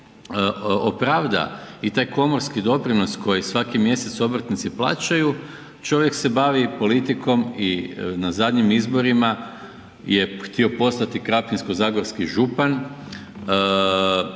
opravda i taj komorski doprinos koji svaki mjesec obrtnici plaćaju čovjek se bavi i politikom i na zadnjim izborima je htio postati krapinsko-zagorski župan